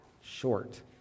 short